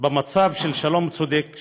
במצב של שלום צודק,